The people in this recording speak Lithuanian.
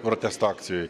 protesto akcijoj